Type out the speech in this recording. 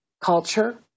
Culture